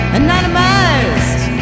anonymized